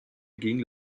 ging